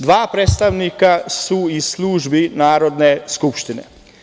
Dva predstavnika su iz službi Narodne skupštine.